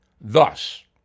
Thus